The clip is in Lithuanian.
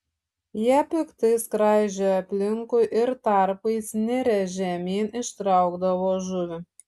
jie piktai skraidžiojo aplinkui ir tarpais nirę žemyn ištraukdavo žuvį